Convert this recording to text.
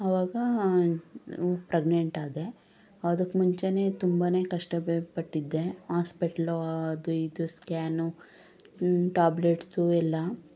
ಆವಾಗ ಪ್ರಗ್ನೆಂಟ್ ಆದೆ ಅದಕ್ಕೆ ಮುಂಚೆನೇ ತುಂಬಾನೇ ಕಷ್ಟ ಬಿ ಪಟ್ಟಿದ್ದೆ ಹಾಸ್ಪಿಟ್ಲು ಅದು ಇದು ಸ್ಕ್ಯಾನು ಟಾಬ್ಲೆಟ್ಸು ಎಲ್ಲ